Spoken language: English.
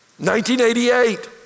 1988